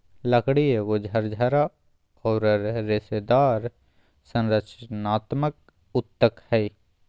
लकड़ी एगो झरझरा औरर रेशेदार संरचनात्मक ऊतक हइ